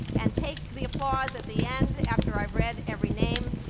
and take the applause at the end after i've read every name.